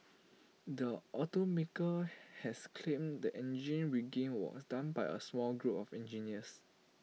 the automaker has claimed the engine rigging was done by A small group of engineers